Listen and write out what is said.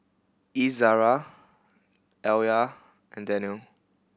Izzara Alya and Danial